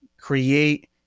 create